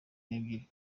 n’ebyiri